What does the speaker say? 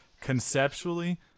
conceptually